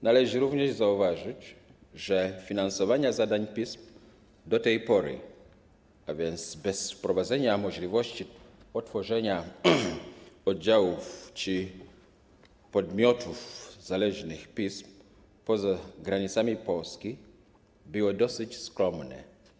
Należy również zauważyć, że finansowanie zadań PISM do tej pory, a więc przed wprowadzeniem możliwości otworzenia oddziałów czy podmiotów zależnych PISM poza granicami Polski, było dosyć skromne.